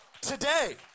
today